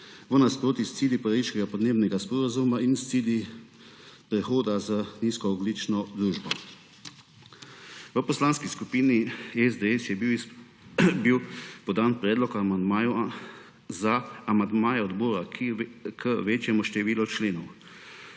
v nasprotju s cilji Pariškega podnebnega sporazuma in s cilji prehoda v nizkoogljično družbo. V Poslanski skupini SDS je bil podan predlog amandmajev za amandmaje odbora k večjemu številu členov,